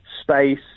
space